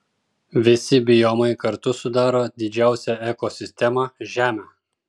visi biomai kartu sudaro didžiausią ekosistemą žemę